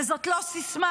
וזאת לא סיסמה,